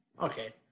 Okay